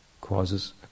causes